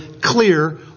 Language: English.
clear